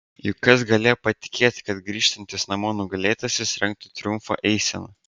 juk kas galėjo patikėti kad grįžtantis namo nugalėtasis rengtų triumfo eiseną